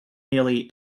nearly